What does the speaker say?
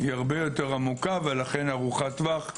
היא הרבה יותר עמוקה לכן ארוכת טווח.